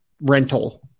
rental